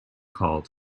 called